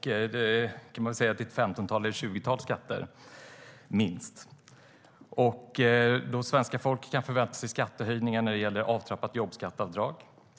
Det är ett femtontal eller ett tjugotal skatter - minst. Svenska folket kan förvänta sig skattehöjningar i form av avtrappat jobbskatteavdrag,